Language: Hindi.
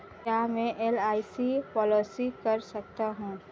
क्या मैं एल.आई.सी पॉलिसी कर सकता हूं?